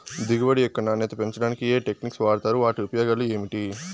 దిగుబడి యొక్క నాణ్యత పెంచడానికి ఏ టెక్నిక్స్ వాడుతారు వాటి ఉపయోగాలు ఏమిటి?